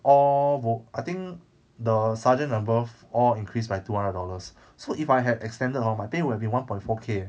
all vo I think the sergeant and above all increased by two hundred dollars so if I had extended hor my pay would have been one point four K leh